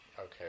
okay